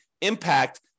impact